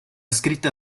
scritta